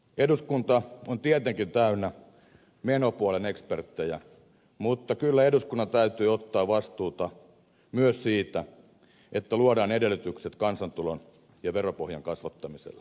eduskunta on tietenkin täynnä menopuolen eksperttejä mutta kyllä eduskunnan täytyy ottaa vastuuta myös siitä että luodaan edellytykset kansantulon ja veropohjan kasvattamiselle